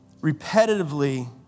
repetitively